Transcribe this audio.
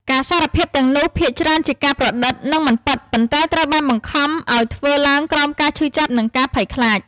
ការសារភាពទាំងនោះភាគច្រើនជាការប្រឌិត និងមិនពិត ប៉ុន្តែត្រូវបានបង្ខំឱ្យធ្វើឡើងក្រោមការឈឺចាប់ និងការភ័យខ្លាច។